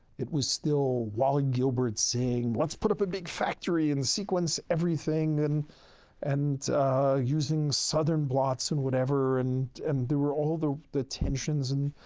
it was still wally gilbert saying, let's put up a big factory and sequence everything and and using southern blots and whatever. and and there were all the the tensions and